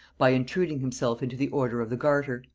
by intruding himself into the order of the garter,